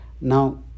Now